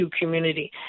community